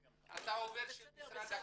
אתה עובד של משרד הקליטה.